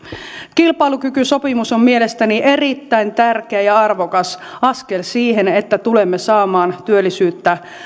kilpailukykysopimus on mielestäni erittäin tärkeä ja arvokas askel siihen että tulemme saamaan työllisyyttä